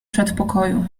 przedpokoju